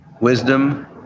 wisdom